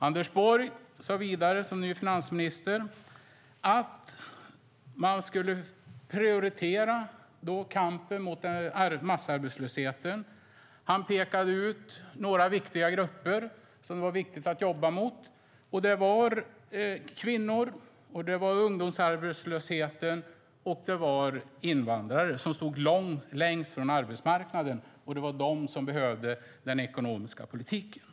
Anders Borg sade vidare som ny finansminister att man skulle prioritera kampen mot massarbetslösheten. Han pekade ut några grupper som det var viktigt att jobba för: kvinnor, ungdomar och invandrare. De stod längst från arbetsmarknaden, och det var de som behövde den ekonomiska politiken.